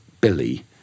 Billy